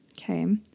Okay